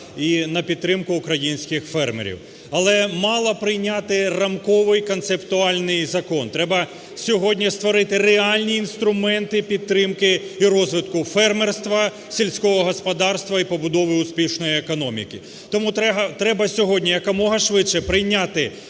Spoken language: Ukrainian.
і на підтримку українських фермерів. Але мало прийняти рамковий концептуальний закон. Треба сьогодні створити реальні інструменти підтримки і розвитку фермерства, сільського господарства і побудови успішної економіки. Тому треба сьогодні якомога швидше прийняти,